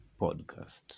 podcast